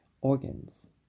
organs